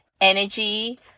energy